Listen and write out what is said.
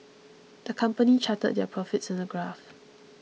the company charted their profits in a graph